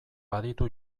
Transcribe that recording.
baditu